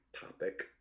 topic